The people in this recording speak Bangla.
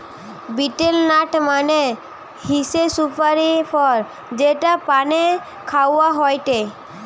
বিটেল নাট মানে হৈসে সুপারি ফল যেটা পানে খাওয়া হয়টে